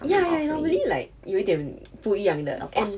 ya ya normally like 有一点不一样的 and